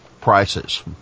prices